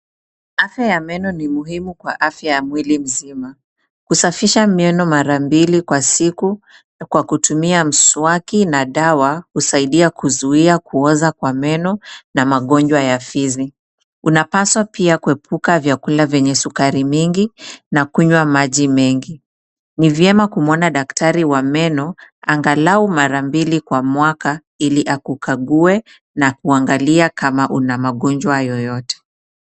Afya ya meno ni muhimu kwa afya ya mwili mzima. Kusafisha meno mara mbili kwa siku kwa kutumia mshwaki na dawa husaidia kuzuia kuoza kwa meno na magonjwa ya fizi. Unapaswa pia kuepuka chakula yenye sukari mingi na kunywa maji mengi, ni vyema kumwona daktari wa meno angalau mara mbili kwa mwaka ili akukague na kuangalia kama una magonjwa yoyote.